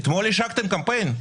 אתמול השקתם קמפיין.